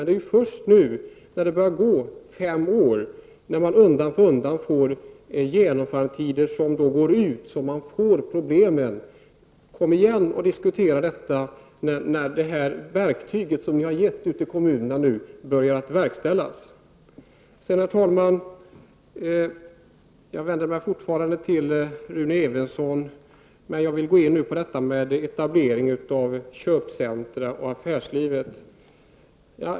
Det är först nu, när det har gått fem år och genomförandetider undan för undan går ut, som man får problem. Kom igen och diskutera detta när det verktyg ni har gett kommunerna börjar användas. Sedan vill jag säga några ord, och jag vänder mig även nu till Rune Evensson, om etableringen av köpcentra och om affärslivet.